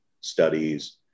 studies